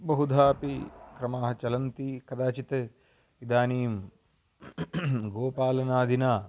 बहुधापि क्रमाः चलन्ति कदाचित् इदानीं गोपालनादिना